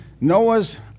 Noah's